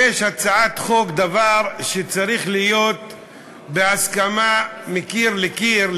כאן ולבקש על הצעת חוק שהיא דבר שצריך להיות בהסכמה מקיר לקיר,